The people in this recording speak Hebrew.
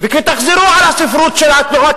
וכשתחזרו על הספרות של התנועות